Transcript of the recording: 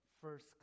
first